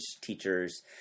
teachers